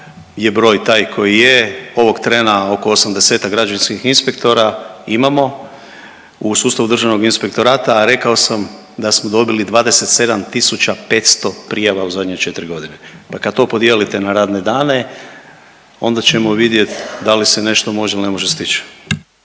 je broj taj koji je, ovog trena oko 80-ak građevinskih inspektora imamo u sustavu Državnog inspektorata, a rekao sam da smo dobili 27 500 prijava u zadnje 4 godine pa kad to podijelite na radne dane, onda ćemo vidjeti da li se nešto može ili ne može stići.